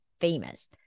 famous